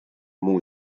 muu